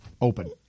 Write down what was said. open